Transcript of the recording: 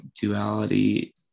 duality